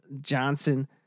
Johnson